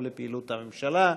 או לפעילות הממשלה.